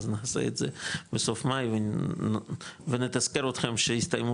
אז נעשה את זה בסוף מאי ונתזכר אותכם שהסתיימו